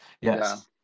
yes